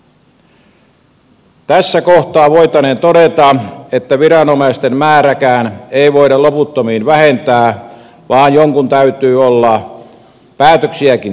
tässä kohtaa voitaneen todeta että viranomaisten määrääkään ei voida loputtomiin vähentää vaan jonkun täytyy olla päätöksiäkin tekemässä